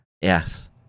Yes